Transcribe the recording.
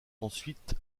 ensuite